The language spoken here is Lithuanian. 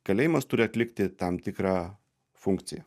kalėjimas turi atlikti tam tikrą funkciją